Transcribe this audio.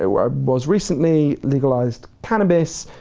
ah where i was recently, legalised cannabis,